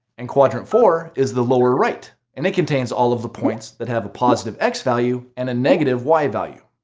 and quadrant four is the lower right, and it contains all of the points that have a positive x value and a negative y value.